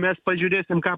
mes pažiūrėsim ką